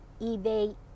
eBay